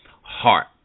heart